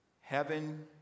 Heaven